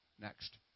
Next